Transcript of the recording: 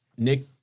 Nick